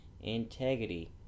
integrity